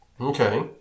Okay